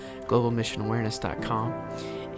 globalmissionawareness.com